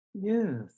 Yes